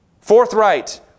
Forthright